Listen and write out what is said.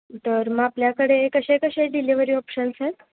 तर मग आपल्याकडे कसे कसे डिलेवरी ऑप्शन्स आहेत